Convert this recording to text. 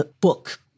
book